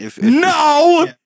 No